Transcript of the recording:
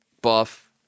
buff